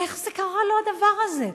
איך קרה לו הדבר הזה?